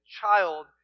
child